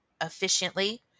efficiently